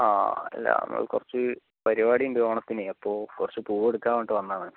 ആ അല്ല കുറച്ച് പരുപാടി ഉണ്ട് ഓണത്തിന് അപ്പോൾ കുറച്ച് പൂവ് എടുക്കാൻ വേണ്ടിയിട്ട് വന്നതാണ്